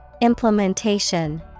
Implementation